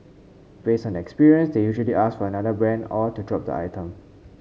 based on experience they usually ask for another brand or to drop the item